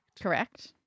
Correct